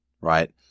Right